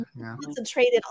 concentrated